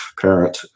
parent